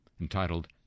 entitled